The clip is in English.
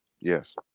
Yes